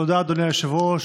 תודה, אדוני היושב-ראש.